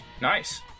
Nice